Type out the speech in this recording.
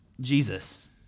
Jesus